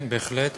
כן, בהחלט.